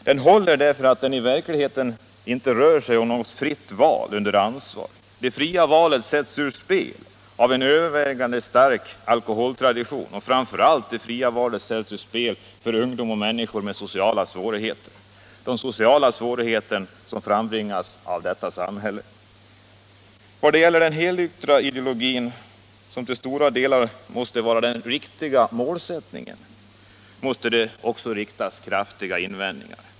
Den håller inte därför att det i verkligheten inte rör sig om något fritt val under ansvar. Det fria valet sätts ur spel av en överväldigande stark alkoholtradition, och framför allt sätts det fria valet ur spel för ungdom och människor med sociala svårigheter, de sociala svårigheter som frambringas av detta samhälle. Vad gäller den helnyktra ideologin, som till stora delar måste vara den riktiga målsättningen, måste det också riktas kraftiga invändningar.